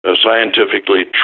Scientifically